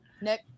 Nick